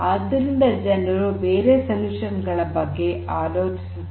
ಆದ್ದರಿಂದ ಜನರು ಬೇರೆ ಪರಿಹಾರಗಳ ಬಗ್ಗೆ ಆಲೋಚಿಸುತ್ತಿದ್ದಾರೆ